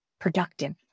productive